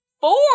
four